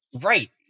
Right